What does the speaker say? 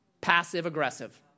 passive-aggressive